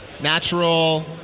natural